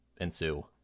ensue